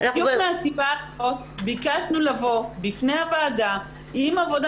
בדיוק מהסיבה הזאת ביקשנו לבוא בפני הוועדה עם עבודה